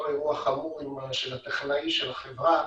אותו אירוע חמור של טכנאי החברה,